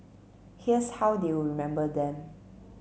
here's how they will remember them